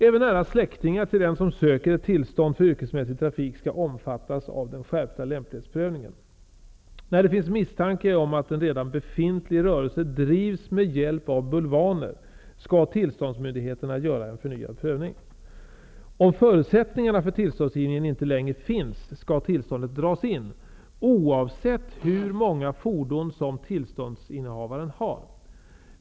Även nära släktingar till den som söker ett tillstånd för yrkesmässig trafik skall omfattas av den skärpta lämplighetsprövningen. När det finns misstanke om att en redan befintlig rörelse drivs med hjälp av bulvaner skall tillståndsmyndigheterna göra en förnyad prövning. Om förutsättningarna för tillståndsgivningen inte längre finns skall tillståndet dras in, oavsett hur många fordon som tillståndshavaren har.